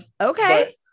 Okay